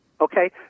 Okay